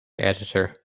editor